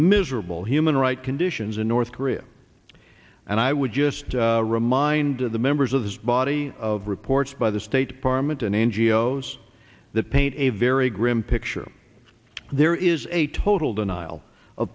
miserable human right conditions in north korea and i would just remind the members of this body of reports by the state department and n g o s that paint a very grim picture there is a total denial